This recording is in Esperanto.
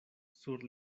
sur